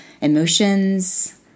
emotions